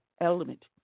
element